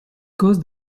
cause